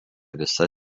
visa